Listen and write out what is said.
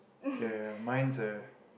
ya mine's a